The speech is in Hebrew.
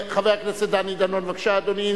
חבר הכנסת דני דנון, בבקשה, אדוני.